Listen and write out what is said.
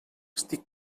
estic